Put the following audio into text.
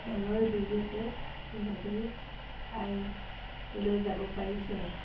খেলৰ জৰিয়তে বহু ঠাইলৈ যাব পাৰিছে